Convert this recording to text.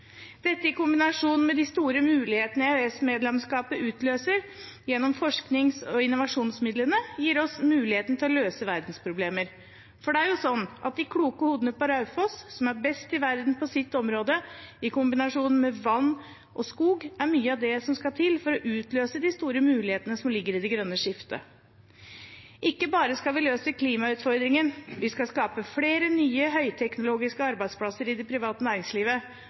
Dette i kombinasjon med de store mulighetene EØS-medlemskapet utløser gjennom forsknings- og innovasjonsmidlene, gir oss muligheten til å løse verdensproblemer, for de kloke hodene på Raufoss, som er best i verden på sitt område, er i kombinasjon med vann og skog mye av det som skal til for å utløse de store mulighetene som ligger i det grønne skiftet. Ikke bare skal vi løse klimautfordringen, vi skal skape flere nye høyteknologiske arbeidsplasser i det private næringslivet,